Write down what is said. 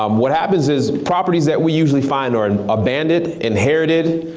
um what happens is properties that we usually find are and abandoned, inherited,